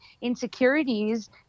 insecurities